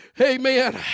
Amen